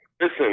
listen